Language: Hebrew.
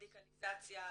מדיקליזציה,